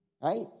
Right